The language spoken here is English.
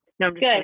Good